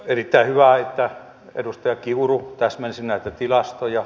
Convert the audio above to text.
erittäin hyvä että edustaja kiuru täsmensi näitä tilastoja